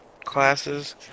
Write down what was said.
classes